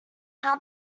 how